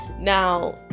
Now